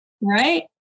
right